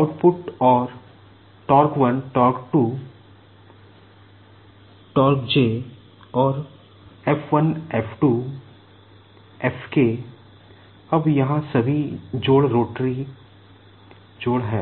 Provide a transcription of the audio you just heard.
output और और अब यहाँ सभी जोड़ रोटरी जोड़ की